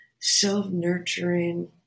self-nurturing